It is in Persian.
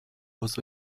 عضو